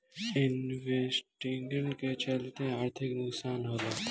investing के चलते आर्थिक नुकसान होला